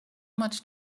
much